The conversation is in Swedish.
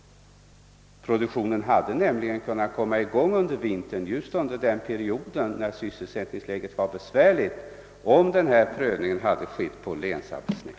Produktionen hade nämligen kunnat komma i gång under vintern just under den period när sysselsättningsläget var besvärligt, om denna prövning hade skett på länsarbetsnämnden.